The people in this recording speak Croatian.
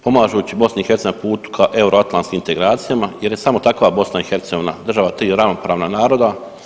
Pomažući BiH na putu ka euroatlanskim integracijama jer je samo takva BiH država 3 ravnopravna naroda.